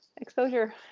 exposure